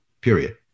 period